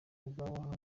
bwaba